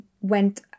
went